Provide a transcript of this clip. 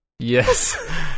Yes